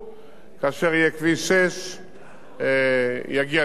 יגיע לשוקת, משוקת כביש 31 לערד,